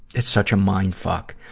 it's such a mind fuck.